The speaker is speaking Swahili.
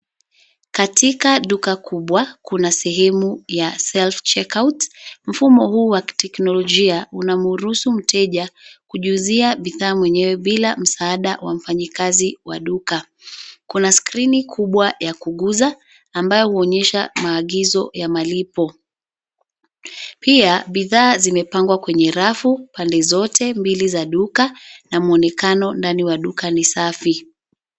Katika duka kubwa kuna sehemu ya self checkout . Mfumo huu wa kiteknolojia una mruhusu mteja kujiuzia bidhaa mwenyewe bila msaada wa mfanyikazi wa duka. Kuna skrini kubwa ya kuguza, ambayo huonyesha maagizo ya malipo. Pia bidhaa zimepangwa kwenye rafu pande zote mbili za duka na mwonekano ndani wa duka ni safi.